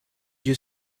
you